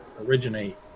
originate